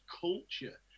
culture